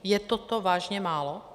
Je toto vážně málo?